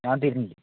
ഞാൻ തിരുനെല്ലി